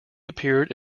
appeared